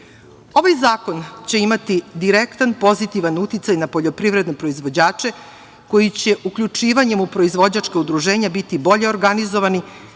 zakon će imati direktan pozitivan uticaj na poljoprivredne proizvođače koji će uključivanjem u proizvođačka udruženja biti bolje organizovani